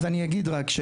אז אני אגיד רק.